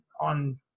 on